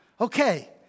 okay